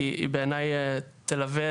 כי היא בעיניי תלווה,